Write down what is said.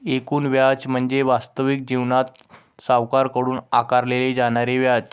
एकूण व्याज म्हणजे वास्तविक जीवनात सावकाराकडून आकारले जाणारे व्याज